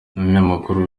umunyamakuru